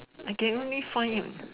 I can only fond